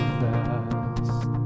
fast